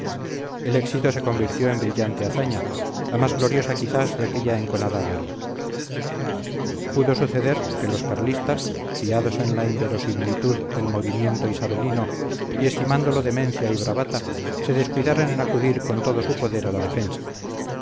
el éxito se convirtió en brillante hazaña la más gloriosa quizás de aquella enconada guerra pudo suceder que los carlistas fiados en la inverosimilitud del movimiento isabelino y estimándolo demencia y bravata se descuidaran en acudir con todo su poder a la defensa